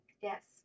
Yes